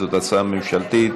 זו הצעה ממשלתית.